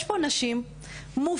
יש פה נשים מופלאות,